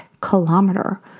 kilometer